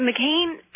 McCain